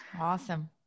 Awesome